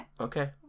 Okay